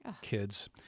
kids